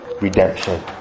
redemption